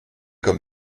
comme